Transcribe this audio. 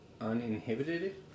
uninhibited